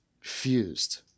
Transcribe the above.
fused